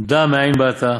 דע מאין באת,